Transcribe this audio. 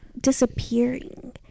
disappearing